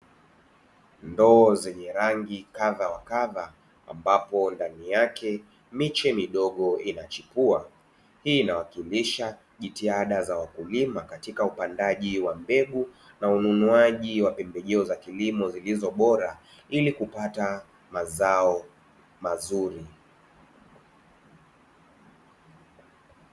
Ndoo zenye rangi kadha wa kadha ambapo ndani yake miche midogo inachipua, hii inawakilisha jitihada za wakulima katika upandaji wa mbegu na ununuaji wa pembejeo za kilimo zilizo bora ili kupata mazao mazuri.